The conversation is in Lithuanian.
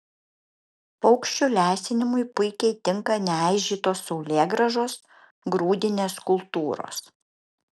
paukščių lesinimui puikiai tinka neaižytos saulėgrąžos grūdinės kultūros